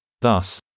Thus